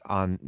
on